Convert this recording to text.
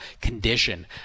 condition